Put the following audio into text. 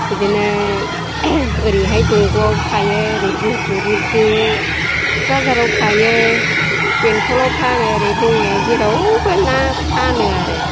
बिदिनो ओरैहाय दंग'आव थायो ओरै बुजुरिथिं थुक्राझाराव थायो बेंथलाव फानो बङाइगावआव जेरावबो ना फानो आरो